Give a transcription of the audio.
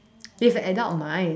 they've an adult mind